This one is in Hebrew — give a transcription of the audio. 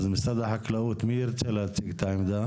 אז משרד החקלאות, מי ירצה להציג את העמדה?